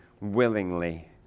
willingly